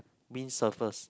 windsurfers